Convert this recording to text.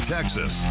Texas